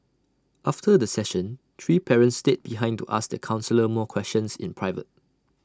after the session three parents stayed behind to ask the counsellor more questions in private